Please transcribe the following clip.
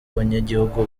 abanyagihugu